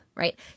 Right